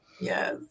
Yes